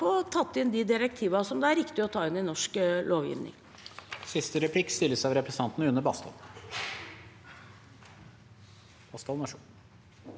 få tatt inn de direktivene som det er riktig å ta inn i norsk lovgivning.